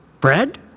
bread